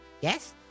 yes